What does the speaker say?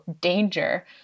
danger